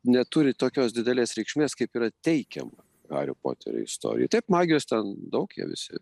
neturi tokios didelės reikšmės kaip yra teikiama hario poterio istorijoj taip magijos ten daug jie visi